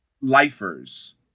lifers